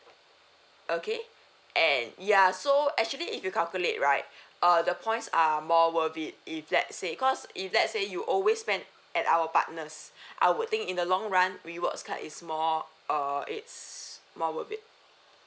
okay and ya so actually if you calculate right uh the points are more worth it if let say cause if let's say you always spend at our partners I would think in the long run rewards card is more uh is more worth it